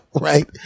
Right